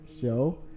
show